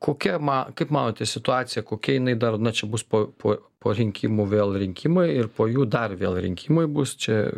kokia ma kaip manote situacija kokia jinai dar na čia bus po po po rinkimų vėl rinkimai ir po jų dar vėl rinkimai bus čia